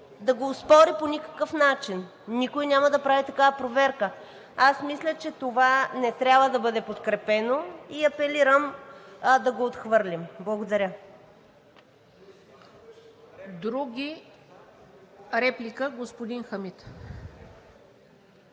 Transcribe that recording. да го оспори по никакъв начин. Никой няма да прави такава проверка. Аз мисля, че това не трябва да бъде подкрепено, и апелирам да го отхвърлим. Благодаря. ПРЕДСЕДАТЕЛ ТАТЯНА